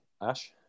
Ash